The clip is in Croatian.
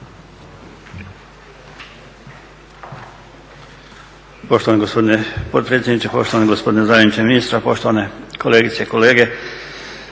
Poštovani gospodine potpredsjedniče, poštovani gospodine zamjeniče ministra, poštovane kolegice i kolege.